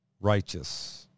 righteous